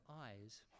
eyes